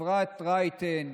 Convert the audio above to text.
אפרת רייטן,